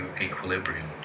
equilibrium